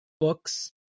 books